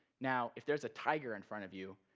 now, if there's a tiger in front of you,